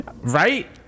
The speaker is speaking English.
right